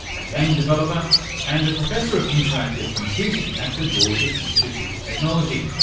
a game developer and a professor of interactive computing at the georgia institute of technology.